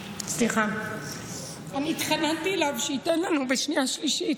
אני התחננתי אליו שייתן לנו בשנייה-שלישית,